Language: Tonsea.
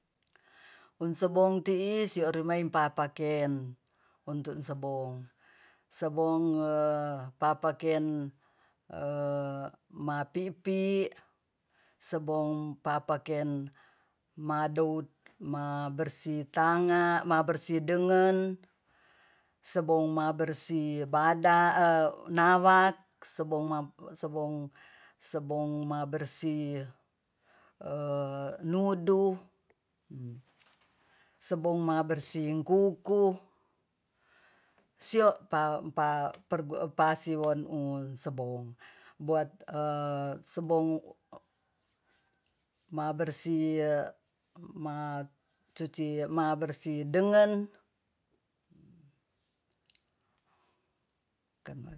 unsebong tii siorumein papat ken ontu sebong sebong papaken mapipi sebong papaken madout mabersih- dengen sebong mabersih badan nawak sebong mabersi nudu sebong mabersih kuku sio pa pa pasi won u sebong buat mabersih dengen